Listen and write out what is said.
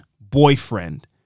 Boyfriend